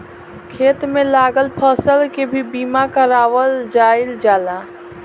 खेत में लागल फसल के भी बीमा कारावल जाईल जाला